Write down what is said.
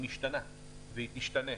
היא משתנה והיא תשתנה,